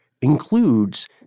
includes